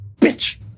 bitch